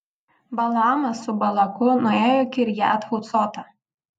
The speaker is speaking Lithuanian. balaamas su balaku nuėjo į kirjat hucotą